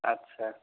ଆଚ୍ଛା